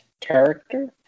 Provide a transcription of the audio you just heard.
character